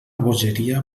bogeria